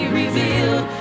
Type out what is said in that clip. revealed